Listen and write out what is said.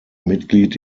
mitglied